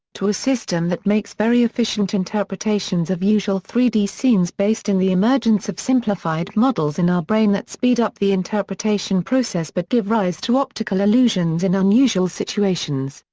to a system that makes very efficient interpretations of usual three d scenes based in the emergence of simplified models in our brain that speed up the interpretation process but give rise to optical illusions in unusual situations.